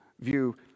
view